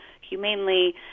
humanely